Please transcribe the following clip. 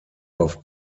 auf